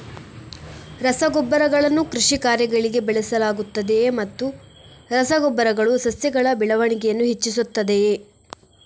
ರಸಗೊಬ್ಬರಗಳನ್ನು ಕೃಷಿ ಕಾರ್ಯಗಳಿಗೆ ಬಳಸಲಾಗುತ್ತದೆಯೇ ಮತ್ತು ರಸ ಗೊಬ್ಬರಗಳು ಸಸ್ಯಗಳ ಬೆಳವಣಿಗೆಯನ್ನು ಹೆಚ್ಚಿಸುತ್ತದೆಯೇ?